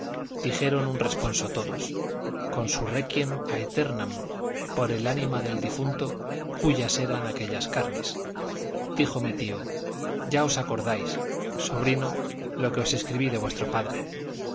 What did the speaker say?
dijeron un responso todos con su requiem aeternam por el ánima del difunto cuyas eran aquellas carnes dijo mi tío ya os acordáis sobrino lo que os escribí de vuestro padre